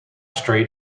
street